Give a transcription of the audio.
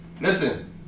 Listen